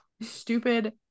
stupid